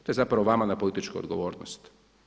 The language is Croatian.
To je zapravo vama na političku odgovornost.